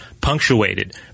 punctuated